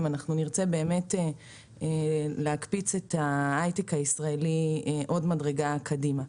אם אנחנו נרצה באמת להקפיץ את ההיי-טק הישראלי עוד מדרגה קדימה.